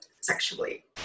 sexually